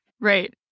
Right